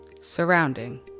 surrounding